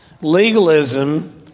Legalism